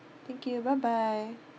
thank you bye bye